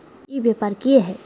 ई व्यापार की हाय?